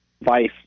Vice